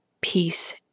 Peace